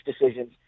decisions